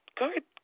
good